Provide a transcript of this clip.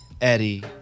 Eddie